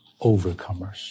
overcomers